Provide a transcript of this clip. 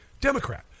Democrat